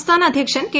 സംസ്ഥാന അധ്യക്ഷൻ കെ